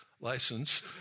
license